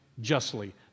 justly